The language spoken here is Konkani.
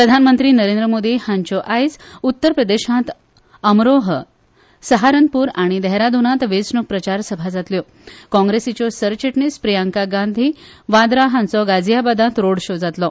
प्रधानमंत्री नरेंद्र मोदी हांच्यो आयज उत्तर प्रदेशांत अमरोह सहारनप्र आनी देहराद्नांत वेचण्क प्रचार सभा जातल्यो काँग्रेसीच्यो सरचिटनीस प्रियांका गांधी वाद्रा हांचो गाझीयाबादांत रोड शो जातलो